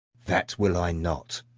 that will i not.